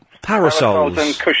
parasols